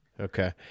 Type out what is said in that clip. Okay